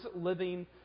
living